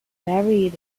buried